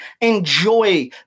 Enjoy